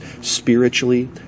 spiritually